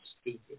stupid